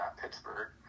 Pittsburgh